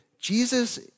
Jesus